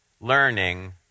learning